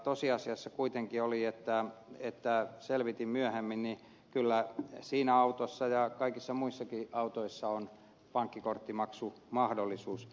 tosiasiassa kuitenkin kun selvitin myöhemmin niin kyllä siinä autossa ja kaikissa muissakin autoissa on pankkikorttimaksumahdollisuus